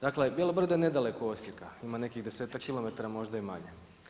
Dakle, Bijelo brdo je nedaleko Osijeka, ima nekih desetak kilometara, možda i manje.